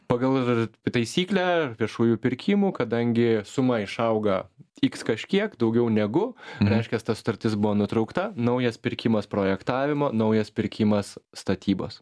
pagal ir taisyklę viešųjų pirkimų kadangi suma išauga iks kažkiek daugiau negu reiškias ta sutartis buvo nutraukta naujas pirkimas projektavimo naujas pirkimas statybos